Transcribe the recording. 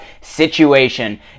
situation